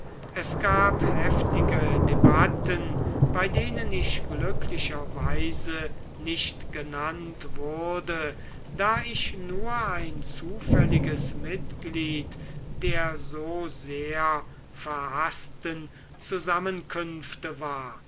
es gab heftige debatten bei denen ich glücklicherweise nicht genannt wurde da ich nur ein zufälliges mitglied der so sehr verhaßten zusammenkünfte war